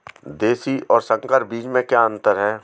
देशी और संकर बीज में क्या अंतर है?